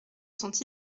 sont